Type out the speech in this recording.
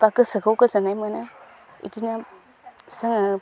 बा गोसोखौ गोजोननाय मोनो बिदिनो जोङो